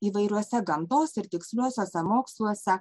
įvairiuose gamtos ir tiksliuosiuose moksluose